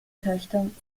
töchtern